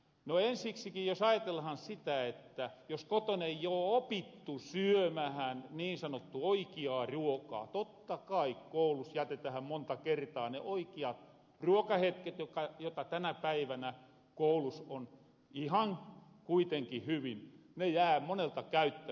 no ensiksiki jos ajatellahan sitä että jos koton ei oo opittu syömähän niin sanottuu oikiaa ruokaa totta kai koulus jätetähän monta kertaa ne oikiat ruokahetket joita tänä päivänä koulus on ihan kuitenki hyvin ne jää monelta käyttämätä